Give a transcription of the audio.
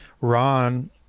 ron